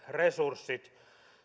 resurssit